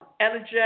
energetic